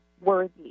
worthy